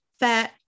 fat